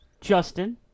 Justin